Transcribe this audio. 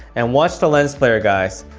and watch the lens flare guys.